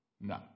No